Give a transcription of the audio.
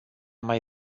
mai